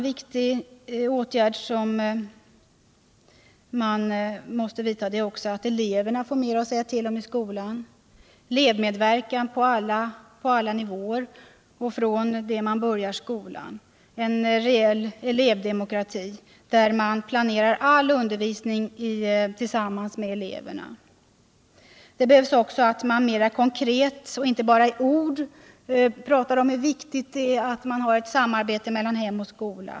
Vidare måste eleverna få mer att säga till om i skolan. Det krävs elevmedverkan på alla nivåer och från det man börjar skolan, en rejäl elevdemokrati där man planerar all undervisning tillsammans med eleverna. Det krävs också att man åstadkommer ett mer konkret samarbete mellan hem och skola och inte bara pratar om det.